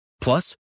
Plus